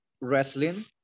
wrestling